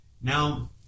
Now